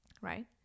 right